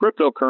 cryptocurrency